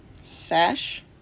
Sash